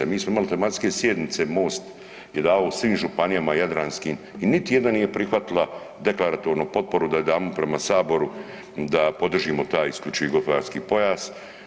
Mi smo imali tematske sjednice, MOST je davao svim županijama jadranskim i niti jedna nije prihvatila deklaratornu potporu da damo prema Saboru, da podržimo taj isključivi gospodarski pojas.